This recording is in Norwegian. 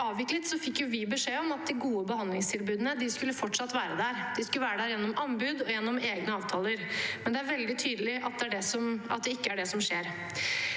avviklet, fikk vi beskjed om at de gode behandlingstilbudene fortsatt skulle være der. De skulle være der gjennom anbud og egne avtaler, men det er veldig tydelig at det ikke er det som skjer.